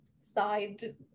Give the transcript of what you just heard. side